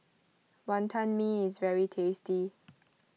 Wonton Mee is very tasty